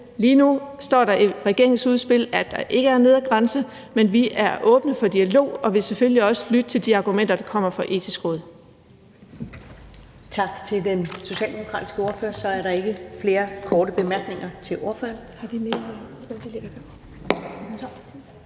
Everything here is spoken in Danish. Lige nu står der i regeringens udspil, at der ikke er en nedre grænse, men vi er åbne for en dialog og vil selvfølgelig også lytte til de argumenter, der kommer fra Det Etiske Råd.